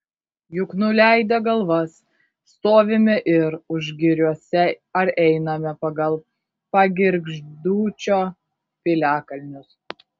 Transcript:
juk nuleidę galvas stovime ir užgiriuose ar einame pagal pagirgždūčio piliakalnius